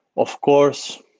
of course,